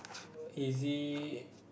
easy